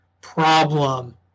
problem